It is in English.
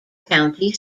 county